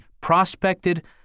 prospected